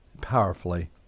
powerfully